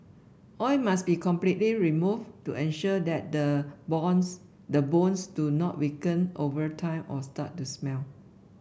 oil must be completely removed to ensure that the bones the bones do not weaken over time or start to smell